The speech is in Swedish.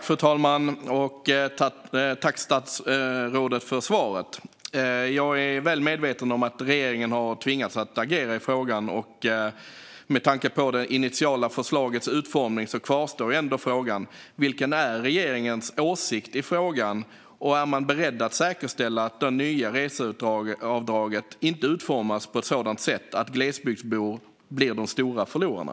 Fru talman! Tack, statsrådet, för svaret! Jag är väl medveten om att regeringen har tvingats att agera i frågan. Med tanke på det initiala förslagets utformning kvarstår ändå frågan: Vilken är regeringens åsikt i frågan, och är man beredd att säkerställa att det nya reseavdraget inte utformas på ett sådant sätt att glesbygdsbor blir de stora förlorarna?